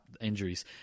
injuries